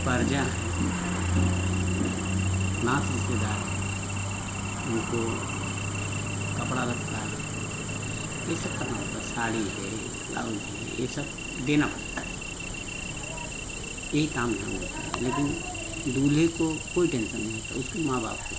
प्रजा हैं नात रिश्तेदार हाईं उनको कपड़ा लत्ता ये सब करना पड़ता है साड़ी है ब्लाउज है ये सब देना पड़ता है यही तामझाम होता है लेकिन दूल्हे को कोई टेंशन नहीं होता उसके माँ बाप को होता है